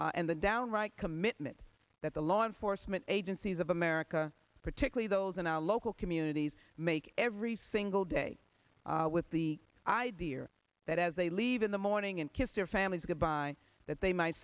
integrity and the downright commitment that the law enforcement agencies of america particularly those in our local communities make every single day with the idea that as they leave in the morning and kissed their families goodbye that they might